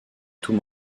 tout